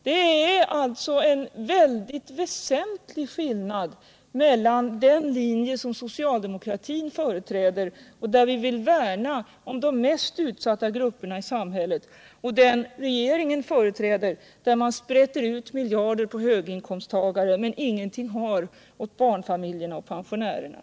Det är alltså en mycket väsentlig skillnad mellan den linje som socialdemokratin företräder, där vi vill värna om de mest utsatta grupperna i samhället, och den regeringen företräder där man sprätter miljarder på höginkomsttagarna men ingenting har åt barnfamiljerna, låginkomsttagarna och pensionärerna.